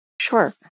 sure